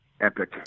epic